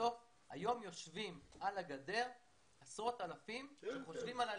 בסוף היום יושבים על הגדר עשרות אלפים שחושבים על עלייה.